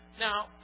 Now